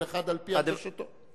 כל אחד על-פי הרגשתו.